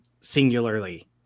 singularly